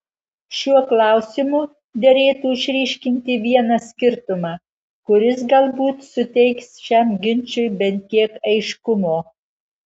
šiuo klausimu derėtų išryškinti vieną skirtumą kuris galbūt suteiks šiam ginčui bent kiek aiškumo